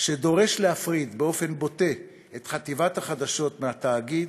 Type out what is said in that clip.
שדורש להפריד באופן בוטה את חטיבת החדשות מהתאגיד,